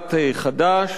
לסיעת חד"ש,